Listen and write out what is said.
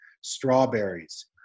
strawberries